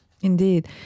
Indeed